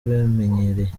bamenyereye